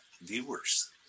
viewers